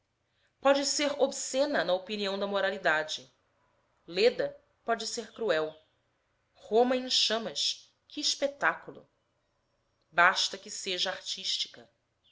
pode ser obscena na opinião da moralidade leda pode ser cruel roma em chamas que espetáculo basta que seja artística